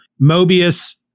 mobius